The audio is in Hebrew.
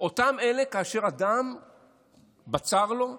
אותם אלה שאליהם אדם בצר לו מגיע,